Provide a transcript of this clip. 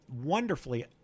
wonderfully